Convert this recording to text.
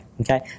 okay